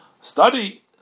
study